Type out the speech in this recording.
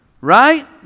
Right